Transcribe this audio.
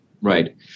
Right